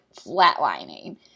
flatlining